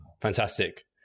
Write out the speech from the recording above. Fantastic